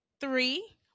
three